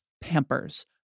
Pampers